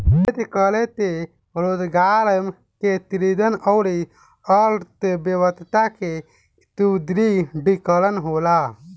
निवेश करे से रोजगार के सृजन अउरी अर्थव्यस्था के सुदृढ़ीकरन होला